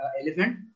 elephant